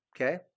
Okay